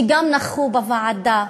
שגם נכחו בוועדה.